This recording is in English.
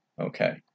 Okay